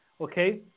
Okay